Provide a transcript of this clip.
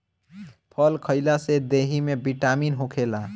फल खइला से देहि में बिटामिन होखेला